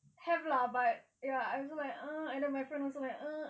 have lah but ya I also like uh and then my friend was also uh